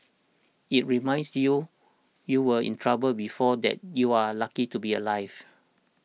it reminds you you were in trouble before that you're lucky to be alive